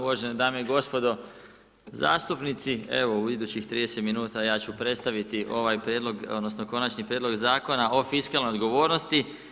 Uvažene dame i gospodo zastupnici, evo u idućih 30 min ja ću predstaviti ovaj prijedlog, odnosno Konačni prijedlog Zakona o fiskalnoj odgovornosti.